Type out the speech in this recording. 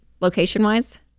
location-wise